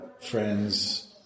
friends